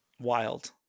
wild